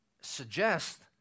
suggest